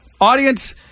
Audience